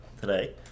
today